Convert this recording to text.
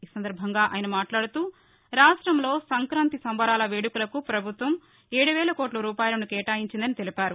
ఈ సందర్భంగా ఆయన మాట్లాడుతూ రాష్టంలో సంక్రాంతి సంబరాల వేడుకలకు ప్రభుత్వం ఏడు వేల కోట్ల రూపాయలను కేటాయించిందని తెలిపారు